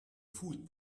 food